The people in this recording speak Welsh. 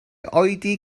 oedi